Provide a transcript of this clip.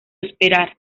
esperar